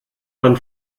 man